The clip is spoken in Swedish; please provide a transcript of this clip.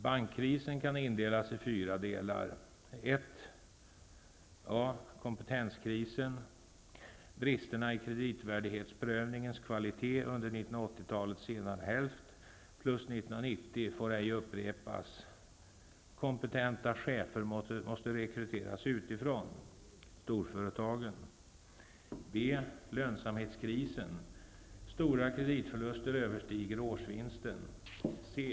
Bankkrisen kan delas in i 4 delar: tKompetenskrisen: Bristerna i kreditvärdighetsprövningens kvalitet under 1980-talets senare hälft och under 1990 får ej upprepas. Kompetenta chefer för storföretagen måste rekryteras utifrån. tLönsamhetskrisen: Stora kreditförluster överstiger årsvinsten.